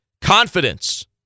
confidence